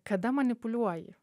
kada manipuliuoji